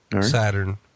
Saturn